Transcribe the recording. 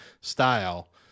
style